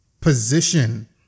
position